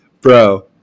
bro